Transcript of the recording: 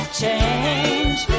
change